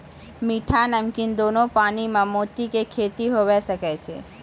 मीठा, नमकीन दोनो पानी में मोती के खेती हुवे सकै छै